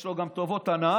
יש לו גם טובות הנאה.